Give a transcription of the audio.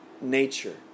nature